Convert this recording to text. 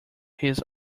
his